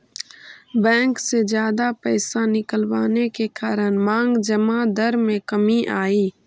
bank से जादा पैसे निकलवाने के कारण मांग जमा दर में कमी आई